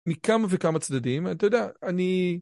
מכמה וכמה צדדים, אתה יודע, אני...